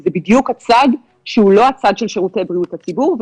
כי זה בדיוק הצד שהוא לא הצד של שירותי בריאות הציבור,